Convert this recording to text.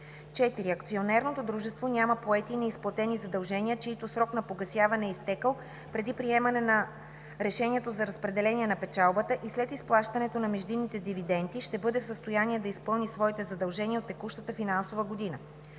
4. акционерното дружество няма поети и неизплатени задължения, чийто срок на погасяване е изтекъл преди приемане на решението за разпределение на печалбата, и след изплащането на междинните дивиденти ще бъде в състояние да изпълни своите задължения за текущата финансова година.